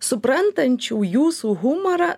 suprantančių jūsų humorą